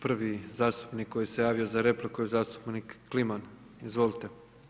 Prvi zastupnik koji se javio za repliku je zastupnik Kliman, izvolite.